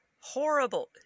horrible